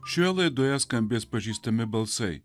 šioje laidoje skambės pažįstami balsai